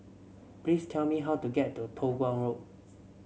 please tell me how to get to Toh Guan Road